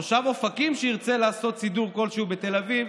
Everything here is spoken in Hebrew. תושב אופקים שירצה לעשות סידור כלשהו בתל אביב